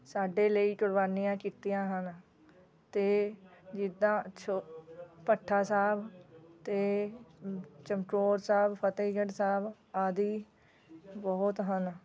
ਸਾਡੇ ਲਈ ਕੁਰਬਾਨੀਆਂ ਕੀਤੀਆਂ ਹਨ ਅਤੇ ਜਿੱਦਾਂ ਛੋ ਭੱਠਾ ਸਾਹਿਬ ਅਤੇ ਚਮਕੌਰ ਸਾਹਿਬ ਫਤਹਿਗੜ ਸਾਹਿਬ ਆਦਿ ਬਹੁਤ ਹਨ